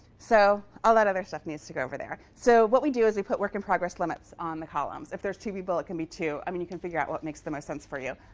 so all that other stuff needs to go over there. so what we do is we put work in progress limits on the columns. if there's two people, it can be two. i mean you can figure out what makes the most sense for you.